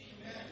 Amen